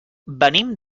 venim